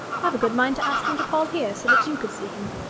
i've a good mind to ask him to call here so that you could see him.